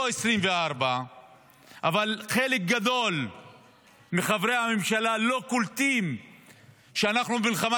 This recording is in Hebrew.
לא 2024. אבל חלק גדול מחברי הממשלה לא קולטים שכשאנחנו במלחמה,